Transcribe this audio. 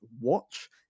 watch